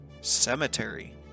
cemetery